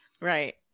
Right